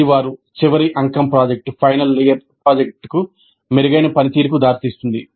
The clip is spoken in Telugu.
ఇది వారి చివరి అంకం ప్రాజెక్టు మెరుగైన పనితీరుకు దారితీస్తుంది